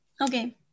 Okay